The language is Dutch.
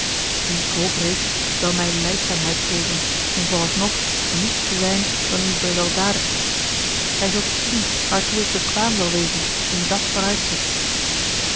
die hoop reeds zal mij lijdzaamheid geven om vooralsnog niets te zijn dan uw beweldadigde gij zult zien waartoe ik bekwaam zal wezen in dat vooruitzicht